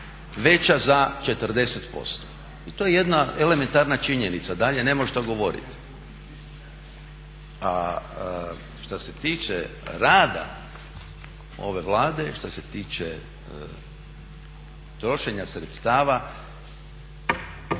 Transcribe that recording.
veća za 40%. I to je jedna elementarna činjenica, dalje nemam šta govoriti. A šta se tiče rada ove Vlade, šta se tiče trošenja sredstava